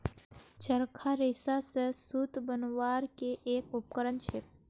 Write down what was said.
चरखा रेशा स सूत बनवार के एक उपकरण छेक